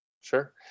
Sure